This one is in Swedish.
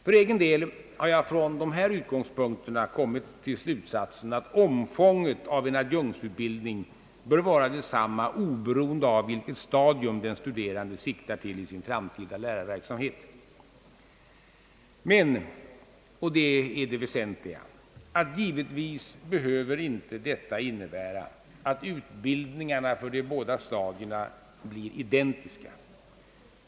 För egen del har jag från dessa utgångspunkter kommit till slutsatsen, att omfånget av en adjunktsutbildning bör vara detsamma, oberoende av vil ket stadium den studerande siktar till i sin lärarverksamhet. Men givetvis — och det är det väsentliga — behöver detta inte innebära att utbildningarna för de båda stadierna blir identiska.